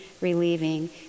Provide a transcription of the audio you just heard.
relieving